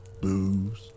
booze